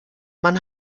man